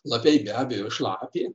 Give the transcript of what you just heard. lapiai be abejo iš lapė